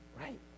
Right